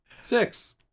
six